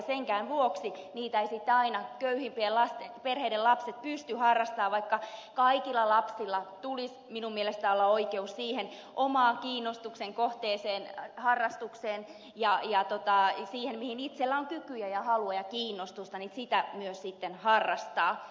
senkään vuoksi jääkiekkoa eivät sitten aina köyhimpien perheiden lapset pysty harrastamaan vaikka kaikilla lapsilla tulisi minun mielestäni olla oikeus siihen omaan kiinnostuksen kohteeseen harrastukseen ja sitä mihin itsellä on kykyjä ja haluja ja kiinnostusta sitä myös sitten harrastaa